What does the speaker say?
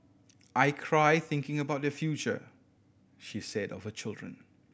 i cry thinking about their future she said of her children